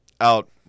out –